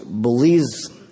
believes